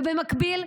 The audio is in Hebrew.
ובמקביל,